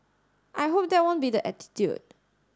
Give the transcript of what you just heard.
I hope that won't be the attitude